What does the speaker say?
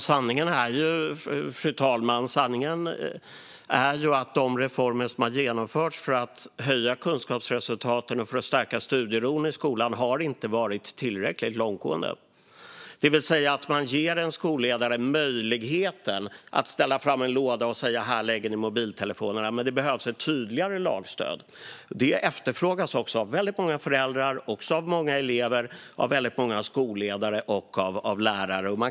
Fru talman! Sanningen är att de reformer som har genomförts för att höja kunskapsresultaten och stärka studieron i skolan inte har varit tillräckligt långtgående. Man ger alltså en skolledare möjligheten att ställa fram en låda och säga: Här lägger ni mobiltelefonerna. Men det behövs ett tydligare lagstöd. Det efterfrågas också av många föräldrar, av många elever, av många skolledare och av lärare.